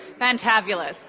Fantabulous